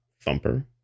Thumper